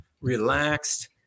relaxed